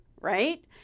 right